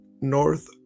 North